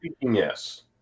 yes